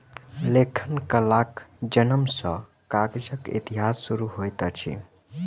लेखन कलाक जनम सॅ कागजक इतिहास शुरू होइत अछि